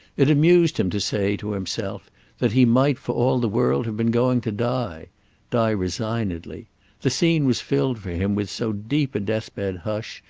it amused him to say to himself that he might for all the world have been going to die die resignedly the scene was filled for him with so deep a death-bed hush,